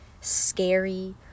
scary